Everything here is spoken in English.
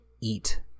eat